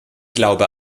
glaube